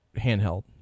handheld